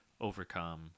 overcome